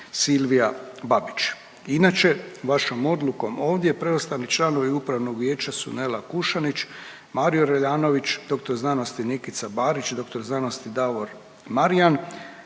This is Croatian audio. Silvija Babić. Inače vašom odlukom ovdje preostali članovi Upravnog vijeća su Nela Kušanić, Mario Reljanović, doktor znanosti Nikica Barić, doktor znanosti Davor Marijan,